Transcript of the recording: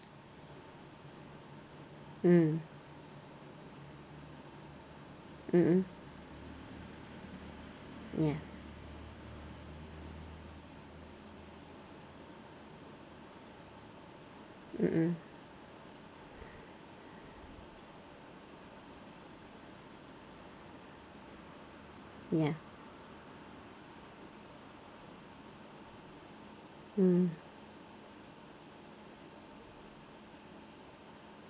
mm mmhmm ya mmhmm ya mm